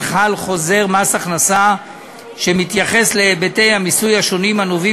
חל חוזר מס הכנסה שמתייחס להיבטי המיסוי השונים הנובעים